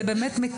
זה באמת מקיף.